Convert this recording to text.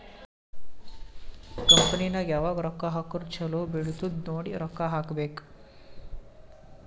company ನಾಗ್ ಯಾವಾಗ್ ರೊಕ್ಕಾ ಹಾಕುರ್ ಛಲೋ ಬೆಳಿತ್ತುದ್ ನೋಡಿ ರೊಕ್ಕಾ ಹಾಕಬೇಕ್